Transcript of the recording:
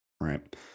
Right